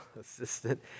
assistant